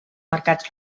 mercats